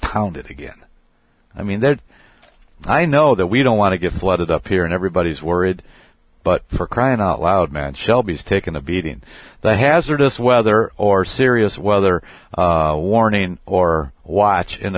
pounded again i mean that i know that we don't want to get flooded up here and everybody's worried but for crying out loud man shelby's taken a beating the hazardous weather or serious weather warning or watch in